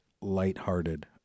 lighthearted